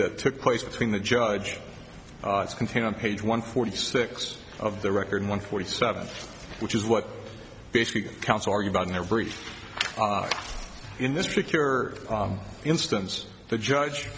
that took place between the judge it's contained on page one forty six of the record one forty seven which is what basically the counsel argue about in their brief in this particular instance the judge